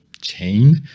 chain